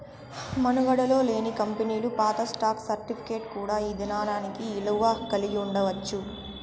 మనుగడలో లేని కంపెనీలు పాత స్టాక్ సర్టిఫికేట్ కూడా ఈ దినానికి ఇలువ కలిగి ఉండచ్చు